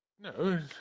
No